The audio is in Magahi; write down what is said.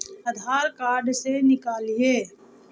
आधार कार्ड से निकाल हिऐ?